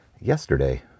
Yesterday